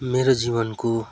मेरो जीवनको